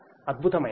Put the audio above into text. అద్భుతమైనది